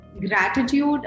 gratitude